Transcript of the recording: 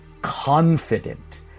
Confident